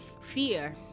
fear